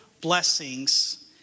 blessings